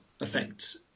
affects